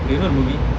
do you know the movie